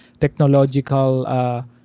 technological